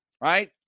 right